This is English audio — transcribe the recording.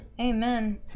Amen